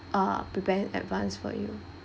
uh prepare in advance for you